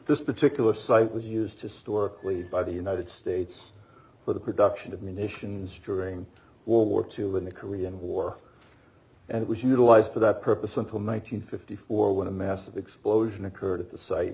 this particular site was used historically by the united states for the production of munitions during world war two in the korean war and it was utilized for that purpose until nine hundred and fifty four when a massive explosion occurred at the site